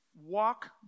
Walk